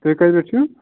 تُہۍ کَتہِ پٮ۪ٹھ چھِو